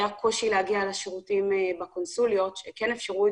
היה קושי להגיע לשירותים בקונסוליה כן אפשרו את